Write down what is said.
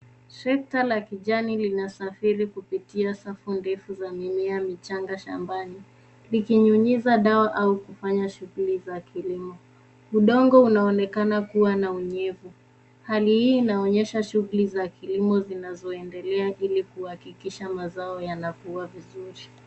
Trekta la kijani linasafiri kupitia safu ndefu za mimea michanga shambani likinyunyiza dawa au kufanya shughuli za kilimo. Udongo unaonekana kuwa na unyevu. Hali hii inaonyesha shughuli za kilimo zinazoendelea ili kuhakikisha mazao yanakuwa vizuri.